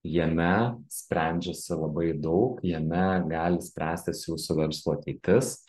jame sprendžiasi labai daug jame gali spręstis jūsų verslo ateitis